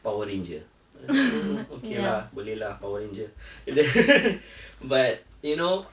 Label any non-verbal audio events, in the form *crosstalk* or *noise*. power ranger then I was like *noise* okay lah boleh lah power ranger but you know